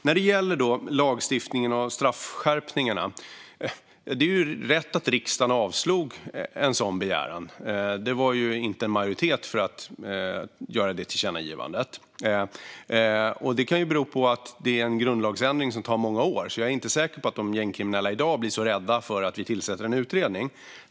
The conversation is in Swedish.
När det gäller lagstiftningen och straffskärpningarna är det rätt att riksdagen avslog en sådan begäran. Det fanns inte majoritet för att göra det tillkännagivandet, och det kan bero på att det är en grundlagsändring som tar många år. Jag är inte säker på att de gängkriminella i dag blir särskilt rädda för att vi tillsätter en utredning.